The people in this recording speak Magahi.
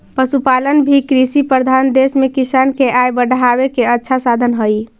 पशुपालन भी कृषिप्रधान देश में किसान के आय बढ़ावे के अच्छा साधन हइ